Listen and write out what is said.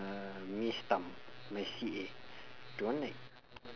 uh miss tham my C_A don't like